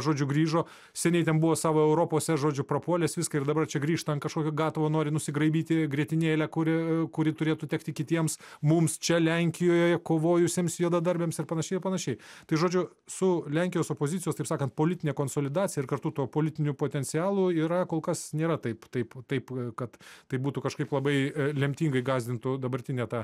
žodžiu grįžo seniai ten buvo savo europose žodžiu prapuolęs viską ir dabar čia grįžta ant kažkokio gatavo nori nusigraibyti grietinėlę kuri kuri turėtų tekti kitiems mums čia lenkijoje kovojusiems juodadarbiams ir panašiai ir panašiai tai žodžiu su lenkijos opozicijos taip sakant politine konsolidacija ir kartu tuo politiniu potencialu yra kol kas nėra taip taip taip kad tai būtų kažkaip labai lemtingai gąsdintų dabartinę tą